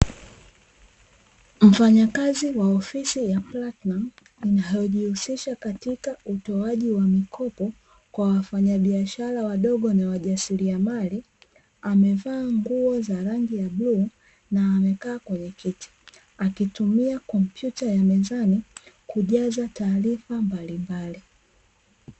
Mfanyakazi wa ofisi ya "PLATINUM" inayojihusisha katika utoaji wa mikopo kwa wafanyabiashara wadogo na wajasiriamali, amevaa nguo za rangi ya bluu na amekaa kwenye kiti akitumia kompyuta ya mezani kujaza taarifa mbalimbali.